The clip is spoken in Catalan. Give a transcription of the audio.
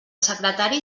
secretari